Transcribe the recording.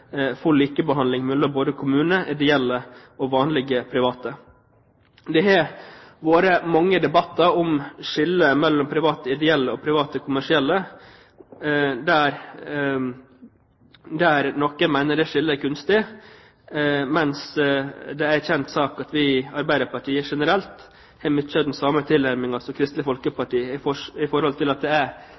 ideelle aktører og vanlige private. Det har vært mange debatter om skillet mellom private ideelle og private kommersielle, der noen mener det skillet er kunstig, mens det er en kjent sak at vi i Arbeiderpartiet generelt har mye av den samme tilnærmingen som Kristelig Folkeparti